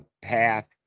path